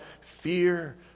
fear